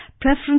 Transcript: Preference